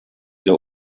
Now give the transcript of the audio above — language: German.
der